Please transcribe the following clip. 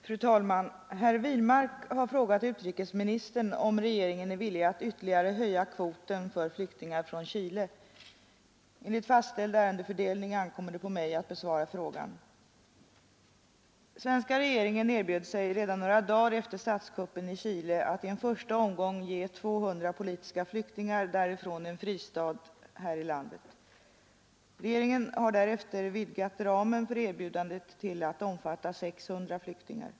Fru talman! Herr Wirmark har frågat utrikesministern om regeringen är villig att ytterligare höja kvoten för flyktingar från Chile. Enligt fastställd ärendefördelning ankommer det på mig att besvara frågan. Svenska regeringen erbjöd sig redan några dagar efter statskuppen i Chile att i en första omgång ge 200 politiska flyktingar därifrån en fristad här i landet. Regeringen har därefter vidgat ramen för erbjudandet till att omfatta 600 flyktingar.